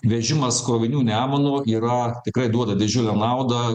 vežimas krovinių nemunu yra tikrai duoda didžiulę naudą